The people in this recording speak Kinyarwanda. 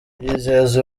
yizeza